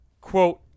quote